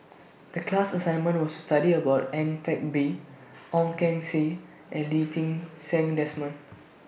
The class assignment was to study about Ang Teck Bee Ong Keng Sen and Lee Ti Seng Desmond